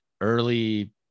early